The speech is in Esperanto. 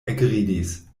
ekridis